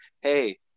Hey